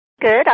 Good